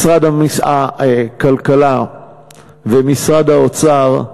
משרד הכלכלה ומשרד האוצר,